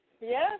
Yes